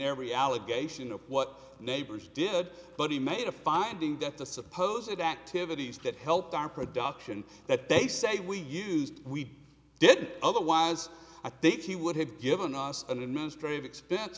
every allegation of what neighbors did but he made a finding that the suppose it activities that helped our production that they say we used we did otherwise i think he would have given us an administrative expense